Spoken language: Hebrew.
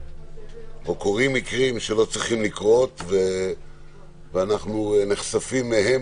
או קורים מקרים שלא צריכים לקרות ואנחנו נחשפים מהם